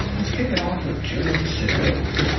let's kick it off with jared sidlo,